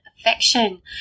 affection